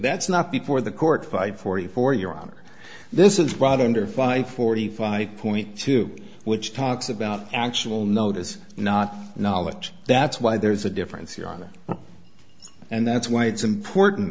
that's not before the court five forty four your honor this is brought under five forty five point two which talks about actual notice not knowledge that's why there is a difference here on that and that's why it's important